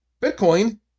Bitcoin